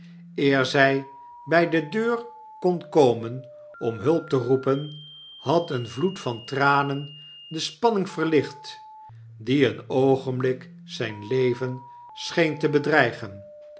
eer zy by de deur kon komen om hulp te roepen had een vloed van tranen de spanning verlicht die een oogenblik zyn leven scheen te bedreigen